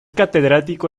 catedrático